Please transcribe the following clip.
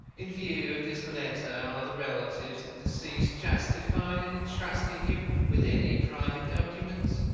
in view of this letter, are the relatives of the deceased justified in entrusting him with any private documents?